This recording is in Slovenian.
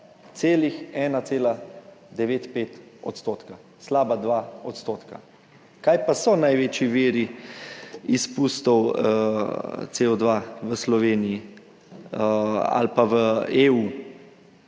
celih 1,95 %, slaba 2 %. Kaj pa so največji viri izpustov CO2 v Sloveniji ali pa v EU?